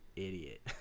idiot